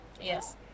yes